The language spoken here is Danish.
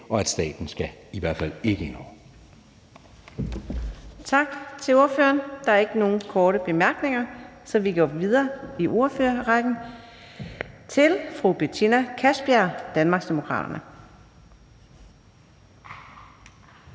og at staten i hvert fald ikke skal